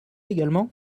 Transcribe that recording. également